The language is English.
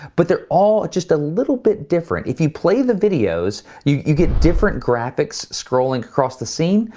but they're all just a little bit different. if you play the videos you get different graphics scrolling across the scene.